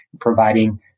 providing